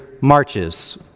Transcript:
marches